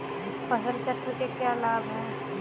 फसल चक्र के क्या लाभ हैं?